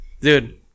Dude